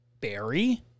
Barry